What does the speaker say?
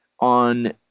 on